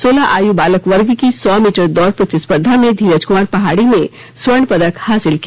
सोलह आयु बालक वर्ग की सौ मीटर दौड़ प्रतिस्पर्धा में धीरज कुमार पहाड़ी ने स्वर्ण पदक हासिल किया